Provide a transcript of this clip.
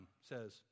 says